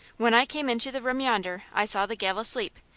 when i came into the room yonder i saw the gal asleep,